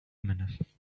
minute